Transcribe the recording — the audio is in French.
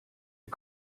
est